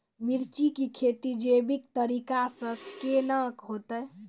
मिर्ची की खेती जैविक तरीका से के ना होते?